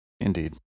Indeed